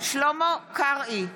שלמה קרעי,